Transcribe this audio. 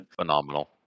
Phenomenal